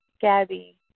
Gabby